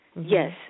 Yes